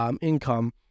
income